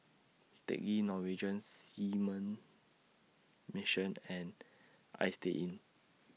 Teck Ghee Norwegian Seamen's Mission and Istay Inn